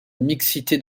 mixité